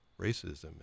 Racism